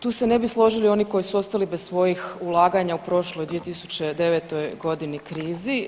Tu se ne bi složili oni koji su ostali bez svojih ulaganja u prošloj 2009. g. krizi.